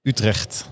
Utrecht